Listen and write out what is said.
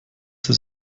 sie